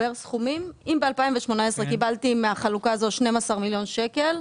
אם ב-2018 קיבלתי מהחלוקה הזאת 12 מיליון שקל,